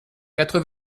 quatre